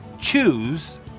choose